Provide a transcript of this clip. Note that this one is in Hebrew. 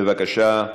בבקשה.